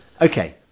Okay